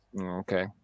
okay